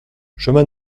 chemin